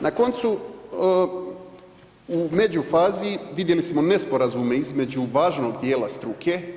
Na koncu u međufazi vidjeli smo nesporazume između važnog dijela struke.